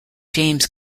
james